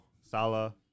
Salah